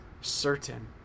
certain